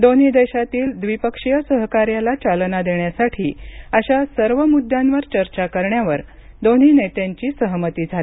दोन्ही देशातील द्विपक्षीय सहकार्याला चालना देण्यासाठी अशा सर्व मुद्द्यांवर चर्चा करण्यावर दोन्ही नेत्यांची सहमती झाली